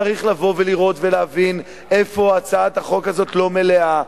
צריך לבוא ולראות ולהבין איפה הצעת החוק הזאת לא מלאה,